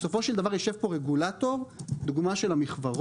בסופו של דבר יושב רגולטור, דוגמא של המכוורות,